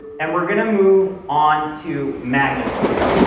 and we are going to move on to magnifier.